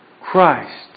Christ